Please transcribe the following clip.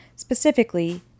Specifically